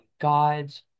God's